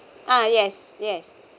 uh yes yes